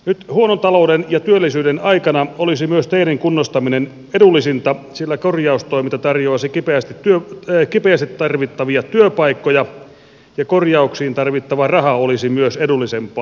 nyt huonon talouden ja työllisyyden aikana olisi myös teiden kunnostaminen edullisinta sillä korjaustoiminta tarjoaisi kipeästi tarvittavia työpaikkoja ja korjauksiin tarvittava raha olisi myös edullisempaa